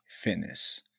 Fitness